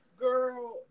girl